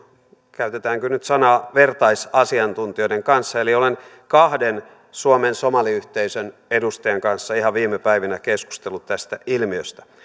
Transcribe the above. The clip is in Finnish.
käytetäänkö nyt tätä sanaa vertaisasiantuntijoiden kanssa eli olen kahden suomen somaliyhteisön edustajan kanssa ihan viime päivinä keskustellut tästä ilmiöstä